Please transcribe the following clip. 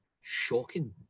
shocking